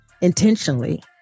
intentionally